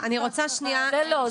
אני רוצה שנייה -- זה לא,